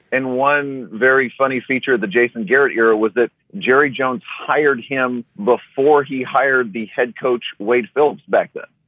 and one very funny feature of the jason garrett era was that jerry jones hired him before he hired the head coach, wade phillips back then.